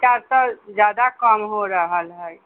चारि सए ज्यादा कम हो रहल हइ